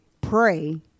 pray